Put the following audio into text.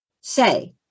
say